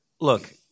Look